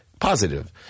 positive